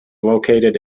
located